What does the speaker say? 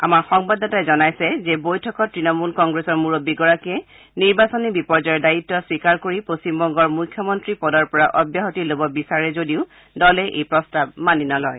আমাৰ সংবাদদাতাই জনাইছে যে বৈঠকত তৃণমূল কংগ্ৰেছৰ মূৰববীগৰাকীয়ে নিৰ্বাচনী বিপৰ্যয়ৰ দায়িত্ব স্বীকাৰ কৰি পশ্চিমবংগৰ মুখ্যমন্ত্ৰী পদৰ পৰা অব্যাহতি ল'ব বিচাৰে যদিও দলে এই প্ৰস্তাৱ মানি নলয়